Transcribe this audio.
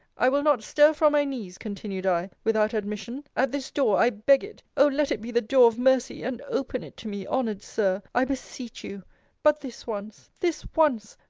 i will not stir from my knees, continued i, without admission at this door i beg it oh! let it be the door of mercy! and open it to me, honoured sir, i beseech you but this once, this once!